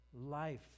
life